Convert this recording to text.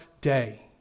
day